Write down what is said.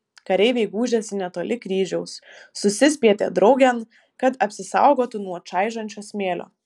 kareiviai gūžėsi netoli kryžiaus susispietė draugėn kad apsisaugotų nuo čaižančio smėlio